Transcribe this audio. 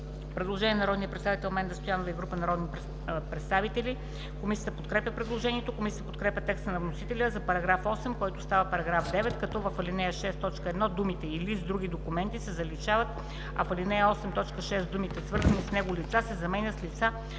Предложение на народния представител Менда Стоянова и група народни представители. Комисията подкрепя предложението. Комисията подкрепя текста на вносителя за § 8, който става § 9, като в ал. 6, т. 1 думите „или с други документи“ се заличават, а в ал. 8, т. 6 думите „свързани с него лица“ се заменят с „лица